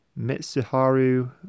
mitsuharu